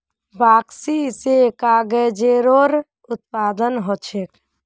बगासी स कागजेरो उत्पादन ह छेक